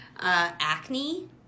Acne